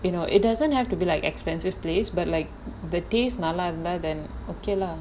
you know it doesn't have to be like expensive place but like the taste நல்லா இருந்தா:nallaa irunthaa then okay lah